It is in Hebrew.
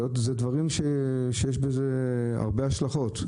אלה דברים שיש להם הרבה השלכות.